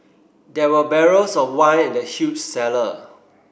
there were barrels of wine in the huge cellar